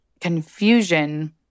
confusion